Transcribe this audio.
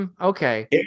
okay